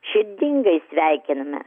širdingai sveikiname